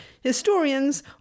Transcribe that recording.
historians